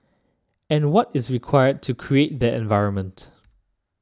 and what is required to create that environment